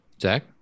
Zach